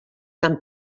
amb